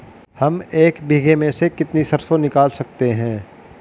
हम एक बीघे में से कितनी सरसों निकाल सकते हैं?